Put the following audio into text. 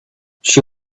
she